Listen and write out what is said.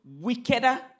wickeder